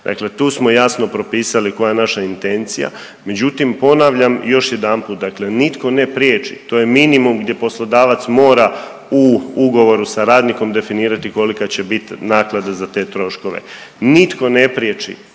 Dakle, tu smo jasno propisali koja je naša intencija, međutim ponavljam još jedanput dakle nitko ne priječi to je minimum gdje poslodavac mora u ugovoru sa radnikom definirati kolika će bit naknada za te troškove.. Nitko ne priječi